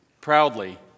proudly